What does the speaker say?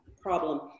problem